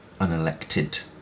unelected